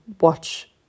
watch